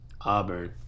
Auburn